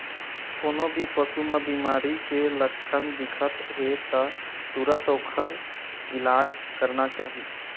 कोनो भी पशु म बिमारी के लक्छन दिखत हे त तुरत ओखर इलाज करना चाही